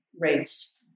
rates